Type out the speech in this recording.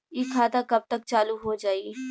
इ खाता कब तक चालू हो जाई?